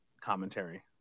commentary